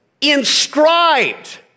inscribed